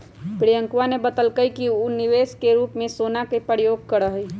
प्रियंकवा ने बतल कई कि ऊ निवेश के रूप में सोना के प्रयोग करा हई